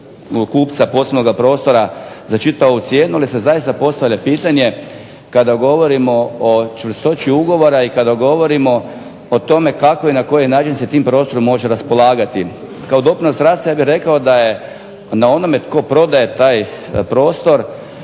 kupca poslovnoga prostora za čitavu cijenu, ali se zaista postavlja pitanje kada govorimo o čvrstoći ugovora i kada govorimo o tome kako i na koji način se tim prostorom može raspolagati. Kao … /Govornik se ne razumije./… ja bih rekao da je na onome tko prodaje taj prostor